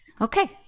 Okay